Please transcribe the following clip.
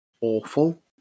awful